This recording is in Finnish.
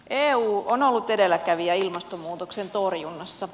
eu on ollut edelläkävijä ilmastonmuutoksen torjunnassa